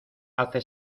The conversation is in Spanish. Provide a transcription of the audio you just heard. hace